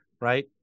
right